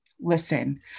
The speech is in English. Listen